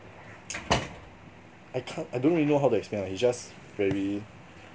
I can't I don't really how to explain lah he just very